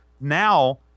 now